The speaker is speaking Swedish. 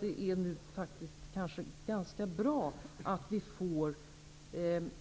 Det är ganska bra att vi får